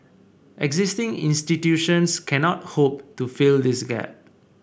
existing institutions cannot hope to fill this gap